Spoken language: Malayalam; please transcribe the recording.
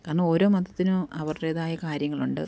കാരണം ഓരോ മതത്തിനും അവരുടേതായ കാര്യങ്ങളുണ്ട്